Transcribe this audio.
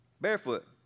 Barefoot